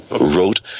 wrote